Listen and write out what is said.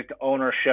ownership